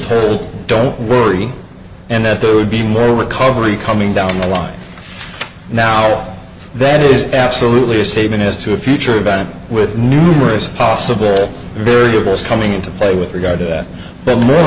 told don't worry and that there would be more recovery coming down the line now that is absolutely a statement as to a future event with numerous possible variables coming into play with regard to that but more